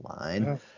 line